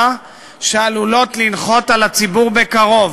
יש עוד מכות שעלולות לנחות על הציבור בקרוב.